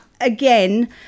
again